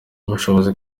ubushobozi